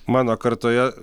mano kartoje